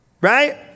Right